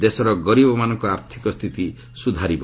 ଦେଶର ଗରିବମାନଙ୍କ ଆର୍ଥକ ସ୍ଥିତି ସୁଧାରିବ